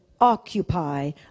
occupy